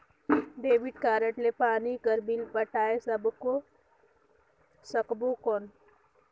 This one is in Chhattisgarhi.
डेबिट कारड ले पानी कर बिल पटाय सकबो कौन?